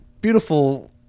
beautiful